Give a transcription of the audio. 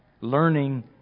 learning